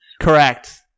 Correct